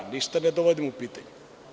Ništa ne dovodim u pitanje.